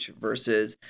versus